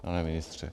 Pane ministře.